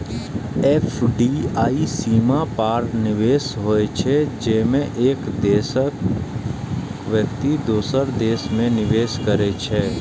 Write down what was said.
FDI सीमा पार निवेश होइ छै, जेमे एक देशक व्यक्ति दोसर देश मे निवेश करै छै